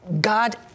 God